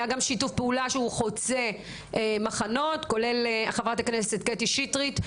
גם שיתוף פעולה שהוא חוצה מחנות כולל חברת הכנסת קטי שיטרית,